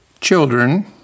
children